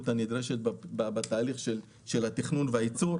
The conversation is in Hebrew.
הנדרשת בתהליך של התכנון והייצור.